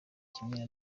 kimwe